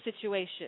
situation